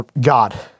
God